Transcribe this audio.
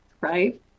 right